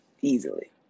easily